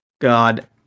god